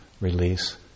release